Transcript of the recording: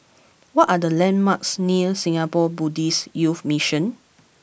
what are the landmarks near Singapore Buddhist Youth Mission